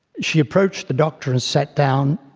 she approached the doctor and sat down,